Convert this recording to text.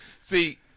See